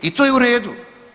I to je u redu.